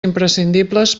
imprescindibles